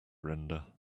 render